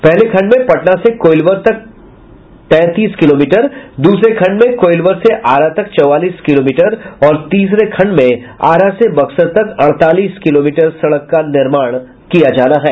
पहले खण्ड में पटना से कोइलबर तक तैंतीस किलोमीटर दूसरे खण्ड में कोइलबर से आरा तक चौवालीस किलोमीटर और तीसरे खण्ड में आरा से बक्सर तक अड़तालीस किलोमीटर सड़क का निर्माण किया जाना है